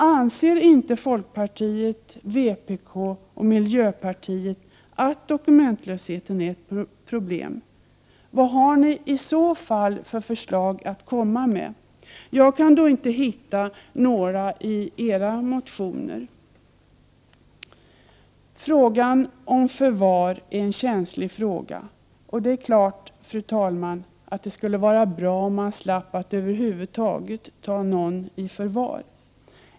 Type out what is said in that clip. Anser inte folkpartiet, vpk och miljöpartiet att dokumentlösheten är ett problem? Vad har ni i så fall för förslag att komma med? Jag kan inte hitta några i era motioner. Frågan om förvar är en känslig fråga, och det är klart, fru talman att det skulle vara bra om man slapp att över huvud taget ta någon i förvar.